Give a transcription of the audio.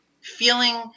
Feeling